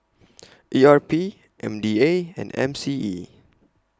E R P M D A and M C E